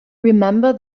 remember